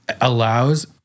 allows